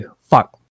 fuck